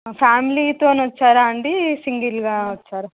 ఫ్యామిలీతో వచ్చారా అండి సింగిల్గా వచ్చారా